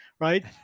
right